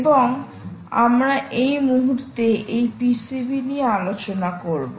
এবং আমরা এই মুহুর্তে এই পিসিবি নিয়ে আলোচনা করব